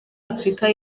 afurika